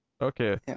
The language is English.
Okay